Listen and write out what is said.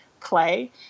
play